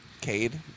Cade